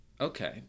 Okay